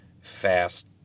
fast